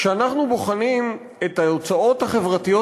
כשאנחנו בוחנים את ההוצאות החברתיות